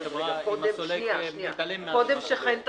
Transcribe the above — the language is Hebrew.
אם הסולק מתעלם --- קודם שחן פליישר